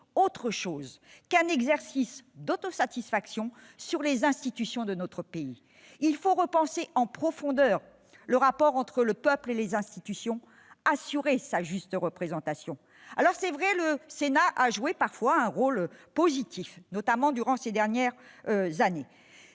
autre chose qu'un exercice d'autosatisfaction sur les institutions de notre pays. Il faut repenser en profondeur le rapport entre le peuple et les institutions, assurer sa juste représentation. Le Sénat, il est vrai, a parfois joué un rôle positif ces dernières années.